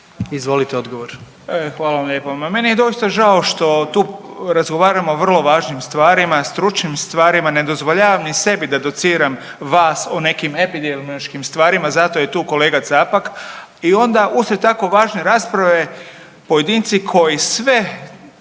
Vili (HDZ)** E hvala lijepo. Meni je dosta žao što tu razgovaramo o vrlo važnim stvarima, stručnim stvarima, ne dozvoljavam ni sebi da dociram vas o nekim epidemiološkim stvarima zato je tu kolega Capak i onda uslijed tako važne rasprave pojedinci koji sve